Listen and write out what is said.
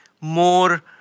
more